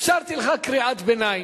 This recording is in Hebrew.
אפשרתי לך קריאת ביניים,